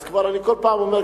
אז כל פעם אני אומר,